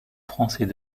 français